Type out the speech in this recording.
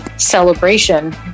Celebration